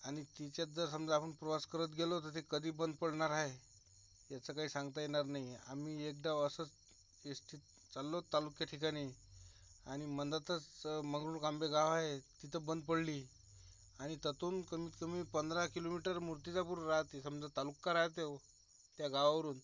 आणि त्याच्यात जर समजा आपण प्रवास करत गेलो तर ते कधी बंद पडणार आहे त्याचं काही सांगता येणार नाही आहे आणि एक डाव असंच येस्टीत चाललो तालुक्या ठिकाणी आणि मध्येच मगरूळ कांबे गाव आहे तिथं बंद पडली आणि त्यातून कमीतकमी पंधरा किलोमीटर मूर्तिजापूर राहते समजा तालुका रातेव त्या गावावरून